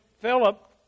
Philip